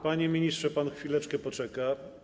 Panie ministrze, pan chwileczkę poczeka.